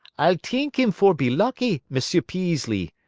ah'll t'ink heem for be lucky, m'sieu' peaslee.